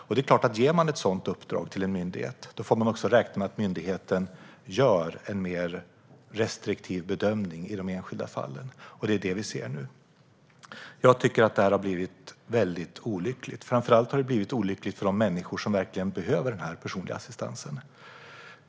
Om man ger ett sådant uppdrag till en myndighet är det klart att man får räkna med att myndigheten gör en mer restriktiv bedömning i de enskilda fallen, och det är det vi ser nu. Jag tycker att det har blivit väldigt olyckligt. Framför allt har det blivit olyckligt för de människor som verkligen behöver den personliga assistansen.